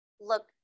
Look